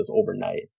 overnight